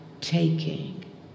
taking